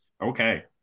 Okay